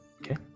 okay